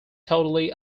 totally